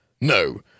No